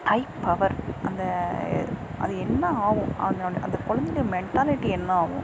ஐ power அந்த அது என்ன ஆகும் அந்த அந்த அந்த கொழந்தைங்க மெண்டாலிட்டி என்ன ஆகும்